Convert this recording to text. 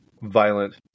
violent